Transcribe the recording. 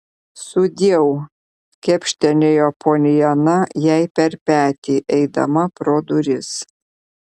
sudieu kepštelėjo poliana jai per petį eidama pro duris